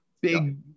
Big